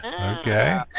Okay